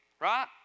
right